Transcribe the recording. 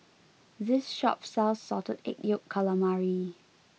this shop sells Salted Egg Yolk Calamari